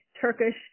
Turkish